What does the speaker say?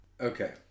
Okay